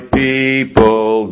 people